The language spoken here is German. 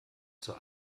zur